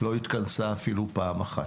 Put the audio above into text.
לא התכנסה אפילו פעם אחת.